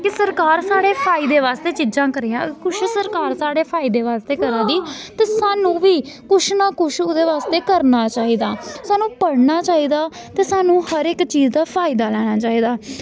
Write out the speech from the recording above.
कि सरकार साढ़े फायदे बास्तै चीजां करियां कुछ सरकार साढ़े फायदे बास्तै करा दी ते सानूं बी कुछ ना कुछ ओह्दे बास्तै करना चाहिदा सानूं पढ़ना चाहिदा ते सानूं हर इक चीज दा फायदा लैना चाहिदा